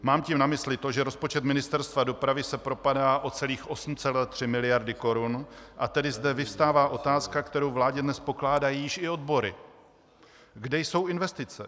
Mám tím na mysli to, že rozpočet Ministerstva dopravy se propadá o celých 8,3 mld. korun, a tedy zde vyvstává otázka, kterou vládě dnes pokládají již i odbory, kde jsou investice.